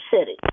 City